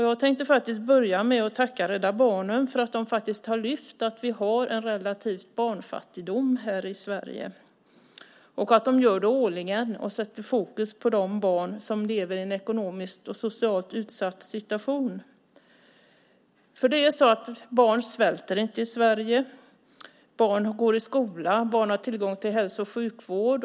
Jag tänkte börja med att tacka Rädda Barnen för att de har lyft fram att vi har en relativ barnfattigdom här i Sverige, för att de gör det årligen och sätter fokus på de barn som lever i en ekonomiskt och socialt utsatt situation. Barn svälter inte i Sverige. Barn går i skola. Barn har tillgång till hälso och sjukvård.